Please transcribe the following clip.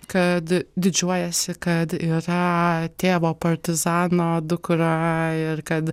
kad didžiuojasi kad yra tėvo partizano dukra ir kad